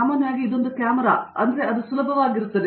ಸಾಮಾನ್ಯವಾಗಿ ಇದೊಂದು ಕ್ಯಾಮರಾ ಅದು ನಿಮಗೆ ಸುಲಭವಾಗಿರುತ್ತದೆ